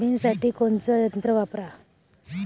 सोयाबीनसाठी कोनचं यंत्र वापरा?